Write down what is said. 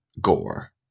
gore